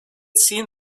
seen